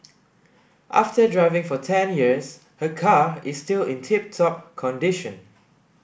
after driving for ten years her car is still in tip top condition